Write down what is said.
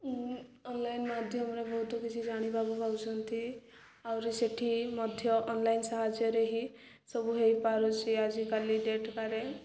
ମୁଁ ଅନଲାଇନ୍ ମାଧ୍ୟମରେ ବହୁତ କିଛି ଜାଣିବାକୁ ପାଉଛନ୍ତି ଆହୁରି ସେଠି ମଧ୍ୟ ଅନଲାଇନ ସାହାଯ୍ୟରେ ହିଁ ସବୁ ହେଇପାରୁଛିି ଆଜିକାଲି ଡେଟକାରେ